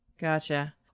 Gotcha